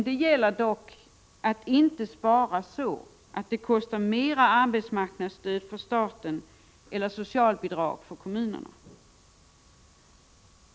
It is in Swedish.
Det gäller dock att inte spara så att det kostar mera arbetsmarknadsstöd för staten eller socialbidrag för kommunerna.